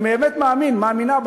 אני באמת מאמין בה,